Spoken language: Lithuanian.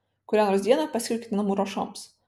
kurią nors dieną paskirkite namų ruošoms